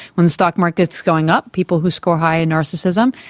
when the stock market is going up, people who score high in narcissism,